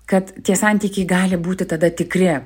kad tie santykiai gali būti tada tikri